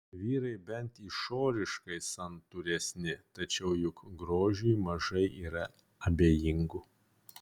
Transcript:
vyrai bent išoriškai santūresni tačiau juk grožiui mažai yra abejingų